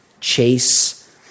Chase